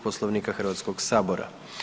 Poslovnika Hrvatskog sabora.